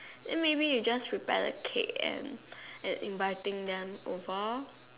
then maybe you just prepare the cake and and inviting them over